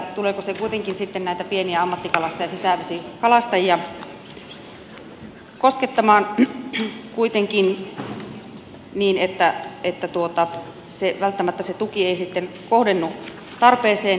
tuleeko se kuitenkin sitten näitä pieniä ammattikalastajia sisävesikalastajia koskettamaan niin että välttämättä se tuki ei sitten kohdennu tarpeeseen